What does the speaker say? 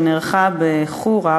שנערכה בחורה,